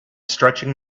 stretching